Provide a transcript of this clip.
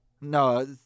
No